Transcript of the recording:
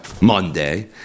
Monday